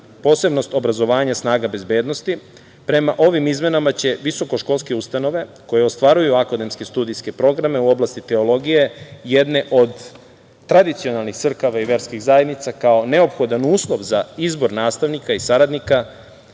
posebnost obrazovanja snaga bezbednosti. Prema ovim izmenama će visokoškolske ustanove koje ostvaruju akademski studijske programe u oblasti teologije, jedne od tradicionalnih crkava i verskih zajednica, kao neophodan uslov za izbor nastavnika i saradnika